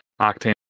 Octane